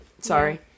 Sorry